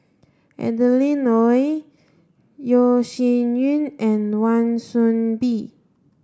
Adeline Ooi Yeo Shih Yun and Wan Soon Bee